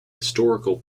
historical